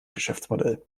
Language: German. geschäftsmodell